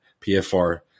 PFR